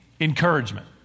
encouragement